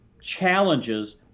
challenges